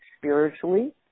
spiritually